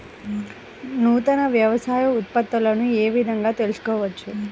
నూతన వ్యవసాయ ఉత్పత్తులను ఏ విధంగా తెలుసుకోవచ్చు?